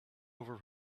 over